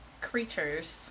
creatures